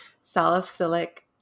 salicylic